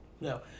No